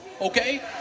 okay